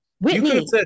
Whitney